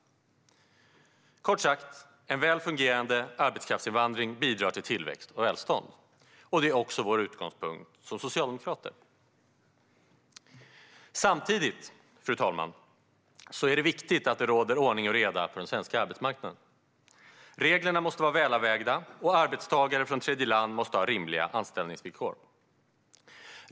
Kort sagt: En väl fungerande arbetskraftsinvandring bidrar till tillväxt och välstånd. Det är också vår utgångspunkt som socialdemokrater. Fru talman! Samtidigt är det viktigt att det råder ordning och reda på den svenska arbetsmarknaden. Reglerna måste vara välavvägda, och arbetstagare från tredjeland måste ha rimliga anställningsvillkor.